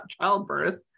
childbirth